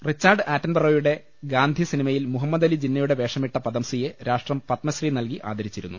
Richard ആറ്റൻബറോയുടെ ഗാന്ധി സിനി മയിൽ മുഹമ്മദലി ജിന്നയുടെ വേഷമിട്ട പദംസിയെ രാഷ്ട്രം പത്മശ്രീ നൽകി ആദരിച്ചിരുന്നു